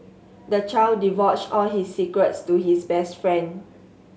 the child divulged all his secrets to his best friend